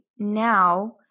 now